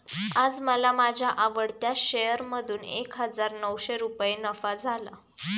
आज मला माझ्या आवडत्या शेअर मधून एक हजार नऊशे रुपये नफा झाला